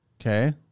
Okay